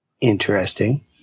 Interesting